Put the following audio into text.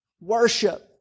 Worship